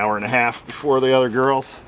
hour and a half for the other girls